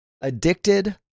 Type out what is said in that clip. addicted